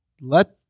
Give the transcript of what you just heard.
let